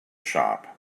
shop